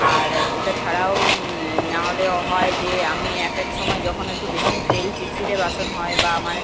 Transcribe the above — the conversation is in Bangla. আর ওটা ছাড়াও না হলেও হয় যে আমি এক এক সমায় যখন একটু বেশি তেল তেল চিটচিটে বাসন হয় বা আমার